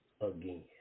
again